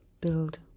Build